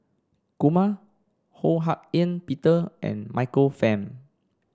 Kumar Ho Hak Ean Peter and Michael Fam